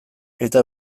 eta